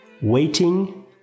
Waiting